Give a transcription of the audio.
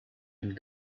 and